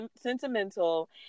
sentimental